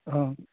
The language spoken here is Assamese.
অঁ